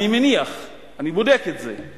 אני מניח אני בודק את זה,